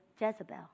jezebel